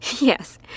Yes